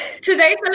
Today's